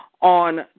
on